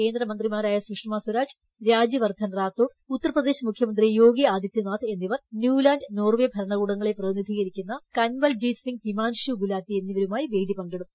കേന്ദ്രമന്ത്രിമാരായ സുഷമ സ്വരാജ് രാജ്യവർദ്ധൻ റാത്തോർ ഉത്തർപ്രദേശ് മുഖ്യമന്ത്രി യോഗി ആദിത്യനാഥ് എന്നിവർ ന്യൂലാന്റ് നോർവെ ഭരണകൂടങ്ങളെ പ്രതിനിധീകരിക്കുന്ന കൻവൽ ജീത് സിങ് ഹിമാൻഷു ഗുലാത്തി എന്നിവരുമായി വേദി പങ്കിടും